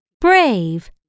brave